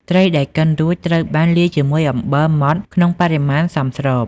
ត្រីដែលកិនរួចត្រូវបានលាយជាមួយអំបិលម៉ត់ក្នុងបរិមាណសមស្រប។